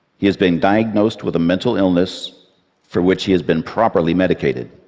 he has been diagnosed with a mental illness for which he has been properly medicated.